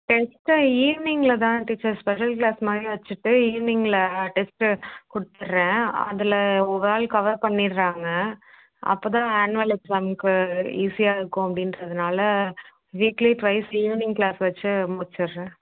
test ஈவ்னிங்கில் தான் teacher special class மாதிரி வச்சுட்டு ஈவ்னிங்கில் டெஸ்ட்டு கொடுத்துறேன் அதில் ஓவரால் கவர் பண்ணிடுறாங்க அப்போ தான் ஆன்வல் எக்ஸாம்க்கு ஈசியாகருக்கும் அப்படின்றதுனால வீக்லி டுவைஸ் ஈவ்னிங் கிளாஸ் வச்சு முடிச்சிடுறேன்